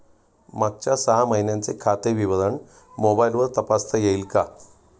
मागच्या सहा महिन्यांचे खाते विवरण मोबाइलवर तपासता येईल का?